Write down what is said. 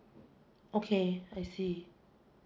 okay I see